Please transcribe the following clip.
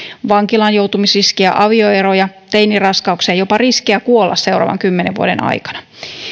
vankilaan joutumisen riskiä avioeroja teiniraskauksia jopa riskiä kuolla seuraavan kymmenen vuoden aikana